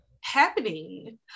happening